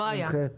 לא היה.